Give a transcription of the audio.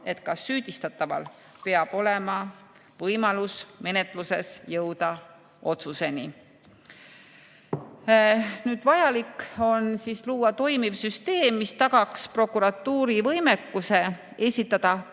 et ka süüdistataval peab olema võimalus menetluses jõuda otsuseni. Vajalik on luua toimiv süsteem, mis tagaks prokuratuuri võimekuse esitada